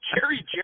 Jerry